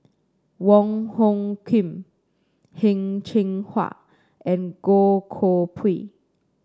Wong Hung Khim Heng Cheng Hwa and Goh Koh Pui